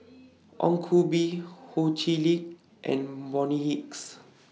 Ong Koh Bee Ho Chee Lick and Bonny Hicks